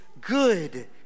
good